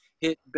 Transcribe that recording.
hit